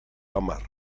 hamar